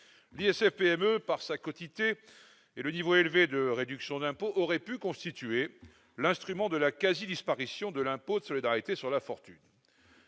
L'ISF-PME, par sa quotité et le niveau élevé de réduction d'impôt, aurait pu constituer l'instrument de la quasi-disparition de l'ISF. Il n'en fut jamais rien.